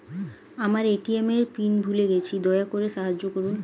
আমার এ.টি.এম এর পিন ভুলে গেছি, দয়া করে সাহায্য করুন